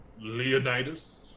Leonidas